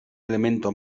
elemento